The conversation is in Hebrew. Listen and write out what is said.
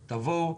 תבואו,